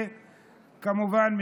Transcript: וכמובן,